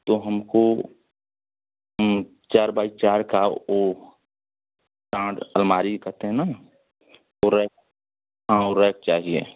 तो हमको चार बाई चार का वह टांड अलमारी कहते हैं ना ऊ रैक हाँ ऊ रैक चाहिए